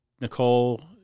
Nicole